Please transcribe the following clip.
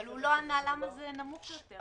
אבל הוא לא ענה למה זה נמוך יותר.